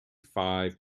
five